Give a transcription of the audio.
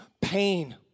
pain